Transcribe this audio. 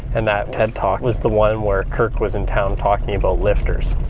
and that ted talk was the one where kirk was in town talking about lftr.